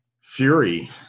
fury